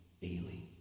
daily